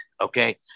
okay